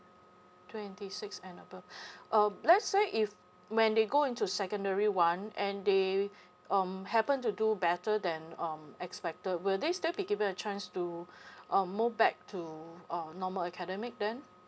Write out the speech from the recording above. twenty six and above um let's say if when they go into secondary one and they um happen to do better than um expected will they still be given a chance to uh move back to uh normal academic then